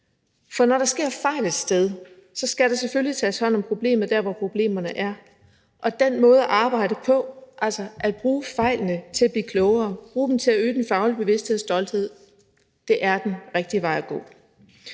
For når der sker fejl et sted, skal der selvfølgelig tages hånd om problemet der, hvor problemerne er, og den måde at arbejde på, altså at bruge fejlene til at blive klogere, bruge dem til at øge den faglige bevidsthed og stolthed, er den rigtige vej at gå.